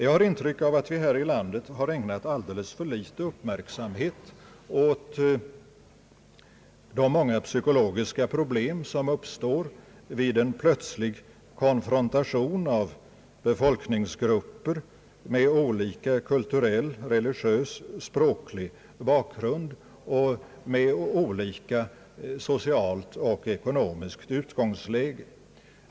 Mitt intryck är att vi här i landet har ägnat alldeles för litet uppmärksamhet åt de många psykologiska problem som uppstår vid en plötslig konfrontation av befolkningsgrupper med olika kulturell, religiös och språklig bakgrund och med olika socialt och ekonomiskt utgångsläge.